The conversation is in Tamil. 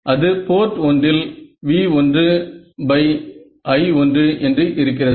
அது போர்ட் 1 இல் V1I1 என்று இருக்கிறது